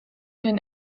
den